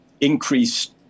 increased